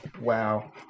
Wow